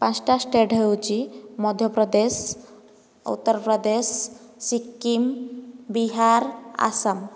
ପାଞ୍ଚଟା ଷ୍ଟେଟ୍ ହେଉଛି ମଧ୍ୟପ୍ରଦେଶ ଉତ୍ତରପ୍ରଦେଶ ସିକିମ୍ ବିହାର ଆସାମ